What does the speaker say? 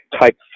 Type